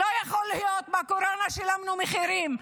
לא יכול להיות, בקורונה שילמנו מחירים.